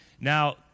Now